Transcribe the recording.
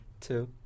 Two